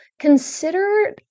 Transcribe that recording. consider